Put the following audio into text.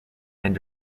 and